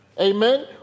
Amen